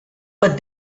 but